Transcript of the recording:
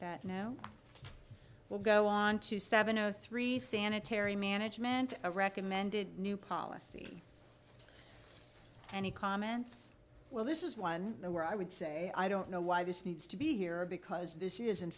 that no will go on to seven o three sanitary management a recommended new policy and he comments well this is one where i would say i don't know why this needs to be here because this is in